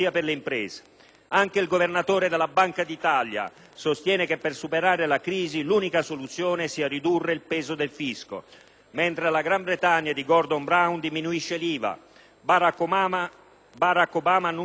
Anche il Governatore della Banca d'Italia sostiene che per superare la crisi l'unica soluzione sia ridurre il peso del fisco, mentre la Gran Bretagna di Gordon Brown diminuisce l'IVA, Barack Obama annuncia tagli,